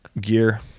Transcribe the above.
gear